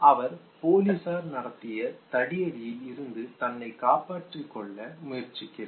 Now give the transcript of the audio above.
அவர் போலீசார் நடத்திய தடியடியில் இருந்து தன்னை காப்பாற்றிக் கொள்ள முயற்சிக்கிறார்